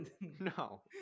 No